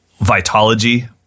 Vitology